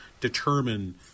determine